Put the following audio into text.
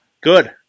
Good